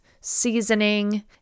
seasoning